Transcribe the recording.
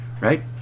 right